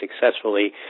successfully